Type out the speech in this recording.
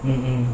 mmhmm